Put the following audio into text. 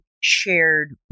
shared